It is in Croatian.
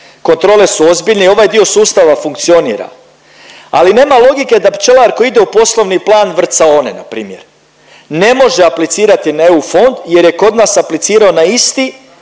kontrole su ozbiljne i ovaj dio sustava funkcionira, ali nema logike da pčelar koji ide u poslovni plan vrcaone, npr. ne može aplicirati na EU fond jer je kod nas aplicirao na isti